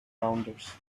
rounders